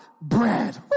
Bread